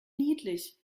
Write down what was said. niedlich